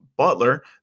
Butler